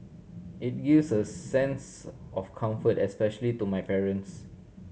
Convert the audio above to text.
it gives a sense of comfort especially to my parents